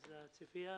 אז הציפייה,